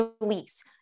release